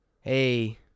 Hey